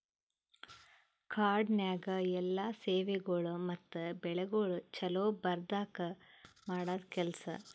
ಕಾಡನ್ಯಾಗ ಎಲ್ಲಾ ಸೇವೆಗೊಳ್ ಮತ್ತ ಬೆಳಿಗೊಳ್ ಛಲೋ ಬರದ್ಕ ಮಾಡದ್ ಕೆಲಸ